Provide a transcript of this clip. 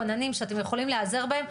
כוננים שאתם יכולים להיעזר בהם,